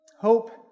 hope